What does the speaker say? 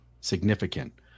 significant